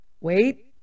Wait